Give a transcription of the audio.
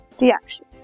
reaction